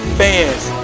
fans